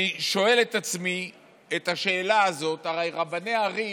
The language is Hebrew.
אני שואל את עצמי את השאלה הזאת: הרי רבני ערים,